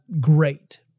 great